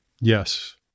Yes